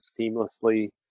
seamlessly